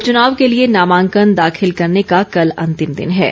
उपचुनाव के लिए नामांकन दाखिल करने का कल अंतिम दिन र्हे